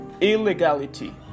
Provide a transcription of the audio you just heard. illegality